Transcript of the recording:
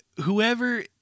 whoever